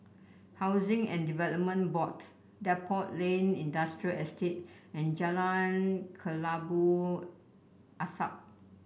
Housing and Development Board Depot Lane Industrial Estate and Jalan Kelabu Asap